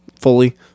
fully